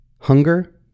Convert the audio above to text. hunger